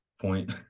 Point